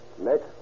Next